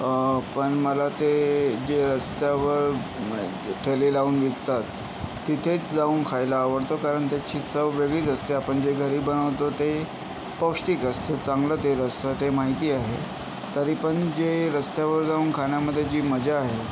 पण मला ते जे रस्त्यावर ठेले लावून विकतात तिथेच जाऊन खायला आवडतं कारण त्याची चव वेगळीच असते आपण जे घरी बनवतो ते पौष्टिक असतं चांगलं तेल असतं ते माहिती आहे तरी पण जे रस्त्यावर जाऊन खाण्यामधे जी मजा आहे